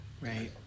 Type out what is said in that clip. Right